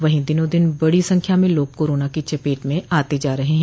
वहीं दिनों दिन बड़ी संख्या में लोग कोरोना की चपेट में आते जा रहे हैं